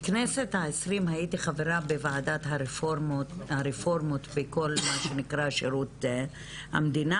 בכנסת ה-20 הייתי חברה בוועדת הרפורמות בכל מה שנקרא שירות המדינה,